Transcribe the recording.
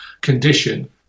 condition